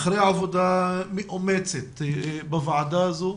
אחרי עבודה מאומצת בוועדה הזו,